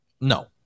No